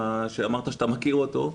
ההוא שאמרת שאתה מכיר אותו,